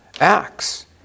acts